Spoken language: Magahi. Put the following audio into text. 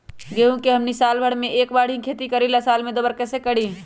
गेंहू के हमनी साल भर मे एक बार ही खेती करीला साल में दो बार कैसे करी?